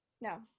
no